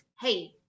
hey